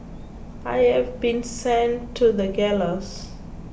I have been sent to the gallows